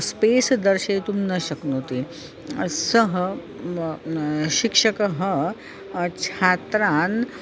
space दर्शयितुं न शक्नोति सः म शिक्षकः छात्रान्